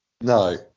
no